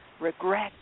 regret